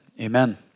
Amen